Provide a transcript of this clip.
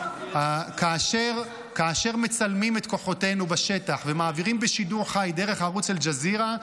כאשר מצלמים את כוחותינו בשטח ומעבירים בשידור חי דרך ערוץ אל-ג'זירה,